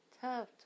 tough